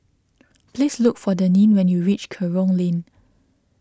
please look for Denine when you reach Kerong Lane